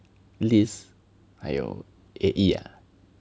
Liz 还有 A_E ah